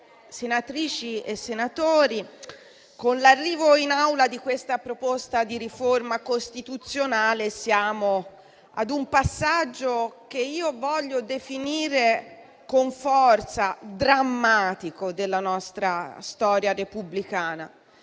senatrici e senatori, con l'arrivo in Aula di questa proposta di riforma costituzionale siamo ad un passaggio che io voglio definire con forza drammatico della nostra storia repubblicana.